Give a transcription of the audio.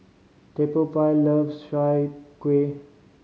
Theophile loves Chai Kueh